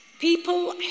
People